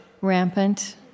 rampant